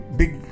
big